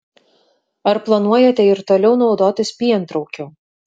ar planuojate ir toliau naudotis pientraukiu